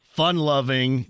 fun-loving